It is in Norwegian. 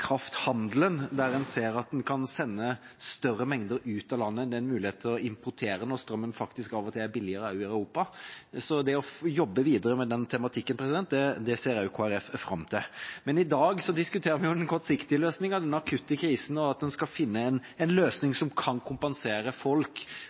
krafthandelen, der en ser at en kan sende større mengder ut av landet enn det en har mulighet til å importere når strømmen faktisk av og til er billigere i Europa. Så det å jobbe videre med den tematikken ser også Kristelig Folkeparti fram til. Men i dag diskuterer vi den kortsiktige løsningen, den akutte krisen og at en skal finne en løsning